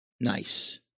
nice